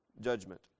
judgment